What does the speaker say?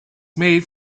made